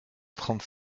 trente